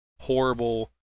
horrible